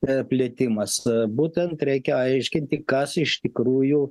praplėtimas būtent reikia aiškinti kas iš tikrųjų